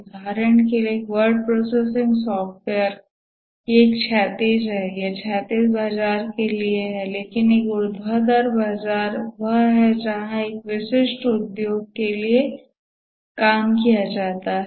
उदाहरण के लिए एक वर्ड प्रोसेसिंग सॉफ्टवेयर यह एक क्षैतिज है यह क्षैतिज बाजार के लिए है लेकिन एक ऊर्ध्वाधर बाजार वह है जहां यह एक विशिष्ट उद्योग के लिए है